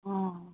অঁ